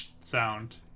sound